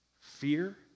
Fear